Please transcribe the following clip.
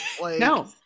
No